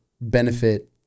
benefit